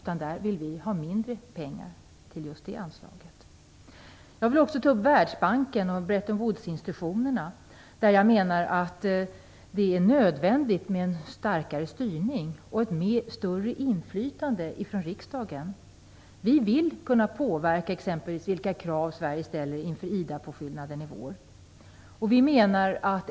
Vi vill anslå mindre pengar till just det anslaget. När det gäller Världsbanken och Bretton Woodsinstitutionerna menar jag att det är nödvändigt med en starkare styrning och ett större inflytande från riksdagen. Vi vill kunna påverka de krav som Sverige ställer inför IDA-påfyllnaden i vår.